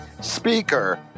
speaker